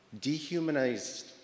dehumanized